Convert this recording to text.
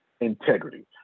Integrity